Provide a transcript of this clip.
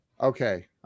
Okay